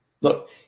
Look